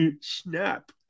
snap